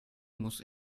muss